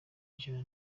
ijana